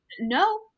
no